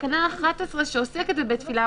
תקנה 11 שעוסקת בבית תפילה,